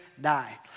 die